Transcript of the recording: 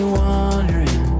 wondering